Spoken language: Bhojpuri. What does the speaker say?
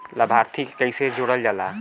लभार्थी के कइसे जोड़ल जाला?